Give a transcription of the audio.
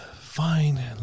fine